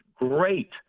great